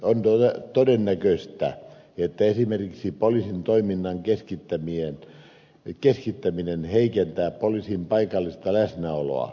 on todennäköistä että esimerkiksi poliisin toiminnan keskittäminen heikentää poliisin paikallista läsnäoloa